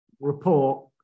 report